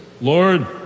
Lord